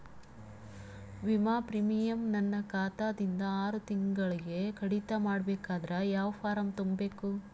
ವಿಮಾ ಪ್ರೀಮಿಯಂ ನನ್ನ ಖಾತಾ ದಿಂದ ಆರು ತಿಂಗಳಗೆ ಕಡಿತ ಮಾಡಬೇಕಾದರೆ ಯಾವ ಫಾರಂ ತುಂಬಬೇಕು?